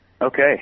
Okay